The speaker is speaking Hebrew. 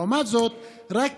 לעומת זאת, רק